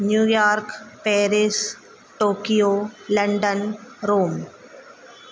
New York Paris Tokyo London Rome